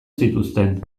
zituzten